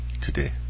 today